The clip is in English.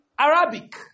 Arabic